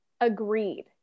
Agreed